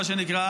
מה שנקרא,